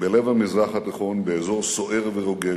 בלב המזרח התיכון, באזור סוער ורוגש,